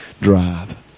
Drive